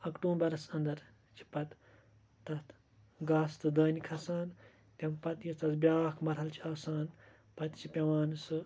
اکتوٗبرَس انٛدر چھُ پَتہٕ تَتھ گاسہٕ تہٕ دانہِ کھَسان تَمہِ پَتہٕ یُس تَتھ بیٛاکھ مَرحلہٕ چھُ آسان پَتہٕ چھُ پیٚوان سُہ